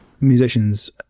musicians